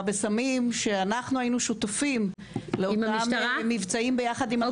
בסמים שאנחנו היינו שותפים לאותם מבצעים ביחד עם המשטרה.